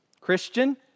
Christian